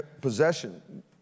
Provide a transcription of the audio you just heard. possession